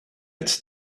it’s